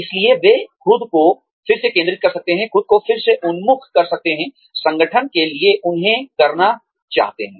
इसलिए वे खुद को फिर से केंद्रित कर सकते हैं खुद को फिर से उन्मुख कर सकते हैं संगठन के लिए उन्हें करना चाहते हैं